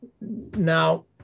Now